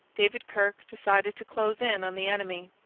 david kirke decided to close in on the enemy.